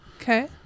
Okay